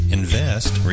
invest